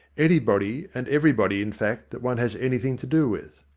anybody and everybody in fact that one has anything to do with.